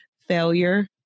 failure